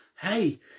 Hey